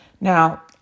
Now